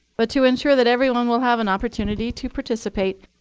but to ensure that everyone will have an opportunity to participate,